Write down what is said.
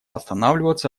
останавливаться